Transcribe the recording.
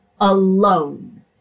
alone